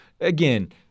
again